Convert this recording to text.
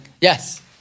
Yes